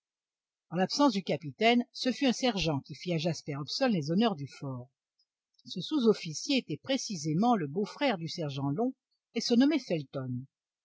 en l'absence du capitaine ce fut un sergent qui fit à jasper hobson les honneurs du fort ce sous-officier était précisément le beau-frère du sergent long et se nommait felton